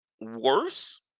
worse